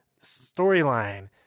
storyline